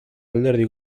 alderdi